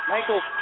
Michael